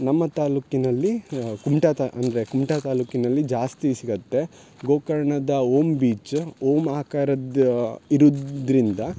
ನಮ್ಮ ತಾಲೂಕಿನಲ್ಲಿ ಕುಮ್ಟಾ ತಾ ಅಂದರೆ ಕುಮ್ಟ ತಾಲೂಕಿನಲ್ಲಿ ಜಾಸ್ತಿ ಸಿಗುತ್ತೆ ಗೋಕರ್ಣದ ಓಮ್ ಬೀಚ್ ಓಮ್ ಆಕಾರದ್ದು ಇರುದ್ದರಿಂದ